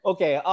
Okay